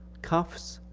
cuffs,